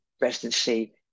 residency